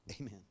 Amen